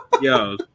Yo